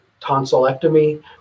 tonsillectomy